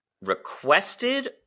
requested